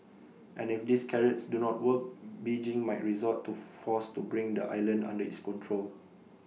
and if these carrots do not work Beijing might resort to force to bring the island under its control